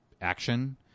action